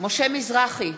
משה מזרחי,